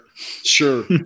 Sure